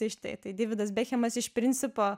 dai štai tai deividas bekhemas iš principo